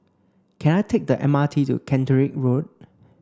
can I take the M R T to Caterick Road